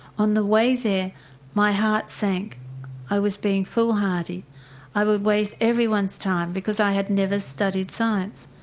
on the way there my heart sank i was being foolhardy i would waste everyone's time because i had never studied science.